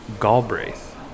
Galbraith